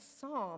psalm